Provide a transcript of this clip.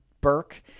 Burke